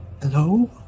Hello